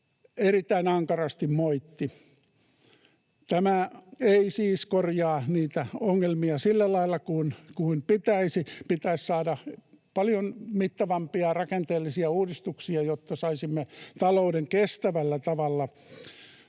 erittäin ankarasti moitti. Tämä ei siis korjaa niitä ongelmia sillä lailla kuin pitäisi. Pitäisi saada paljon mittavampia rakenteellisia uudistuksia, jotta saisimme talouden kestävällä tavalla